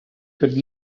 could